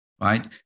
right